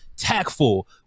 tactful